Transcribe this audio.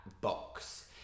box